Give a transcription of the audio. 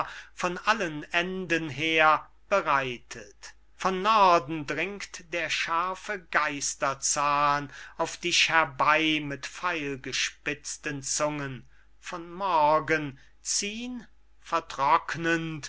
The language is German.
von allen enden her bereitet von norden dringt der scharfe geisterzahn auf dich herbey mit pfeilgespitzten zungen von morgen ziehn vertrocknend